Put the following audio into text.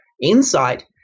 insight